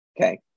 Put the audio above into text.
Okay